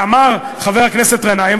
ואמר חבר הכנסת גנאים,